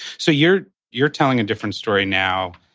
so you're you're telling a different story now